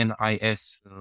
NIS